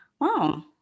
Wow